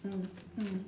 mm mm